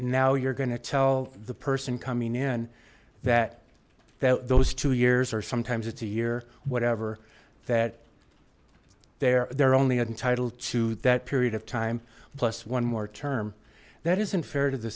now you're going to tell the person coming in that that those two years or sometimes it's a year whatever that they're they're only entitled to that period of time plus one more term that isn't fair to the